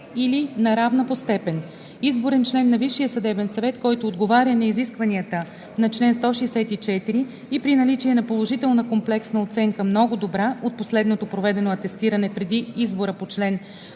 или на равна по степен. Изборен член на Висшия съдебен съвет, който отговаря на изискванията на чл. 164 и при наличие на положителна комплексна оценка „много добра“ от последното проведено атестиране преди избора по чл.